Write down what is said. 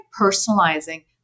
personalizing